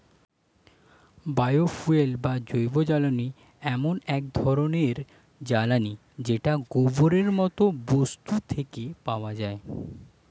bio fuel বা জৈবজ্বালানী এমন এক ধরণের জ্বালানী যেটা গোবরের মতো বস্তু থেকে পাওয়া যায়